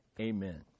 amen